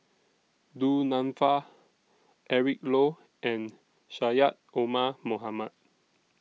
Du Nanfa Eric Low and Syed Omar Mohamed